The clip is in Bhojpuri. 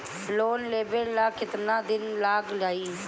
लोन लेबे ला कितना दिन लाग जाई?